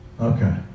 Okay